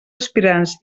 aspirants